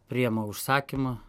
priema užsakymą